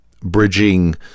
bridging